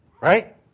Right